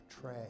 tray